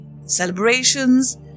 Celebrations